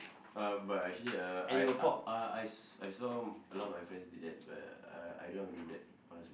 uh but actually uh I uh I s~ I saw a lot of my friends did that but I I don't want to do that honestly